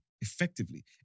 effectively